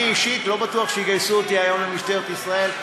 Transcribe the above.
אני אישית לא בטוח שיגייסו אותי היום למשטרת ישראל,